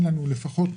פחות